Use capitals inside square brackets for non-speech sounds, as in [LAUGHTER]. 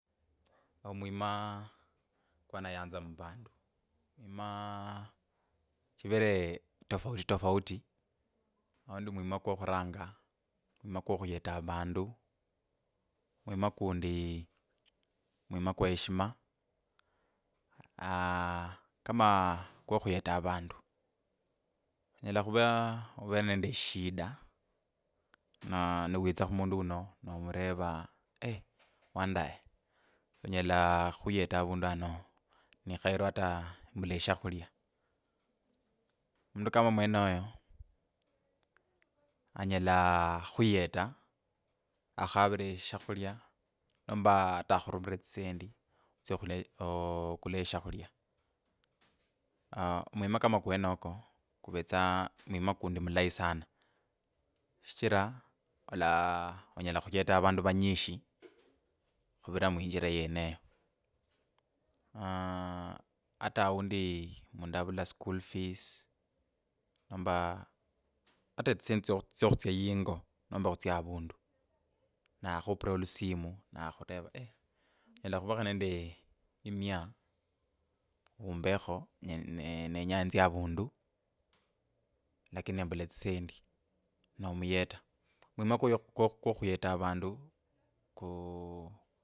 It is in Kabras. Omwima kwa nayanza muvandu mims chivere tafauti tafauti. Aundi mwima kwo khuranga mwima kwo khuyeta avundu. Mwima kundi, mwima kw heshima, aaah kama kwo khuyeta avundu onyela khuvaa uvere nende eshida na niwitsa khumundu uno, nomuvera eeeh wandaye onyela khuyeta avundu ano. Nikhairwe ata embula eshakhulya, mundu kama omwenoyo, anyela khukhuyeta akhakhuvire eshakhulya nomba ata akhurumire etsisendi otsye okhule okule shakhulya. Alah mwima kama okwenoko kuvetsa mwima kundi mulayi sana shichira ola onyela khuyeta vandu vanyishi khuvirira mwinjira yeneyo, aaaah ata aundi mundu avala school fees, nomba ata etsisendi tsyo kutsya yingo nomba khutsya avundu. Na khupira olusimu nakhureva [HESITATION] onyela khuvakho nende imai umbekho nge ne- nenya enzye avundu kwo- kwo- kwokhuyeta avandu ku